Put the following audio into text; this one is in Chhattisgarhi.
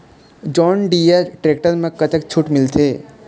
जॉन डिअर टेक्टर म कतक छूट मिलथे?